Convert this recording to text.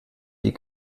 die